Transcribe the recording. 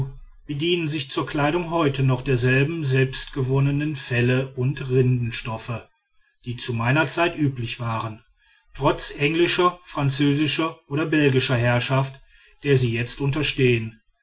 bedienen sich zur kleidung heute noch derselben selbstgewonnenen felle und rindenstoffe die zu meiner zeit üblich waren trotz englischer französischer oder belgischer herrschaft der sie jetzt unterstehen